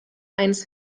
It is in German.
eins